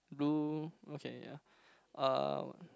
blue okay yeah uh